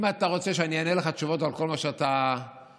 אם אתה רוצה שאני אענה לך תשובות על כל מה שאתה שאלת,